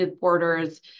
borders